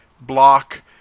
block